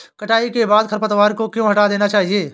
कटाई के बाद खरपतवार को क्यो हटा देना चाहिए?